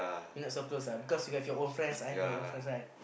we not so close ah because you have your own friends I have my own friends right